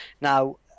Now